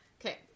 Okay